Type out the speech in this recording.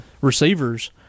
receivers